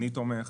אני תומך,